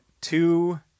two